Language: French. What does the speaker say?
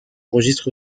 enregistre